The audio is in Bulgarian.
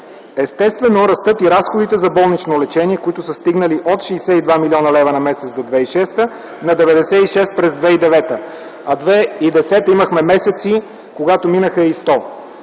Естествено растат и разходите за болнично лечение, които са стигнали от 62 млн. лв. на месец до 2006 г., на 96 - през 2009 г., а през 2010 г. имахме месеци, когато минаха и 100!